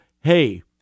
hey